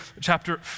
chapter